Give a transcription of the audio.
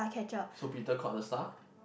so Peter caught the staff